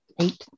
eight